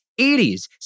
80s